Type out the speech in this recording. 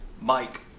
Mike